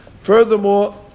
Furthermore